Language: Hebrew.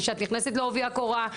ושאת נכנסת לעובי הקורה.